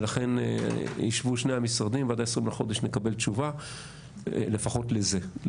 ולכן יישבו שני המשרדים ועד ה-20 בחודש נקבל תשובה לפחות לזה,